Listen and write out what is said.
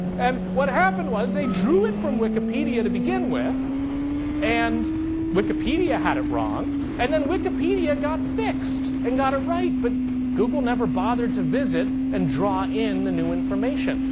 and what happened was they drew it from wikipedia to begin with and wikipedia had it wrong. and then wikipedia got fixed and got it right, but google never bothered to visit and draw in the new information.